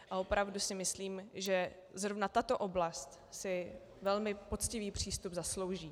A opravdu si myslím, že zrovna tato oblast si velmi poctivý přístup zaslouží.